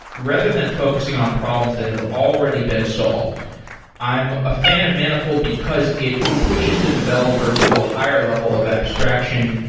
rather than focusing on problems that have already been solved i'm a fan of manifold, because it pushes the developer to a higher level of abstraction,